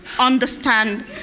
understand